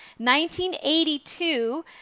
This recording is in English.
1982